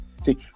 See